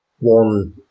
one